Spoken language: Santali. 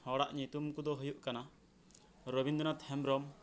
ᱦᱚᱲᱟᱜ ᱧᱩᱛᱩᱢ ᱠᱚᱫᱚ ᱦᱩᱭᱩᱜ ᱠᱟᱱᱟ ᱨᱚᱵᱤᱱᱫᱽᱨᱚᱱᱟᱛᱷ ᱦᱮᱢᱵᱽᱨᱚᱢ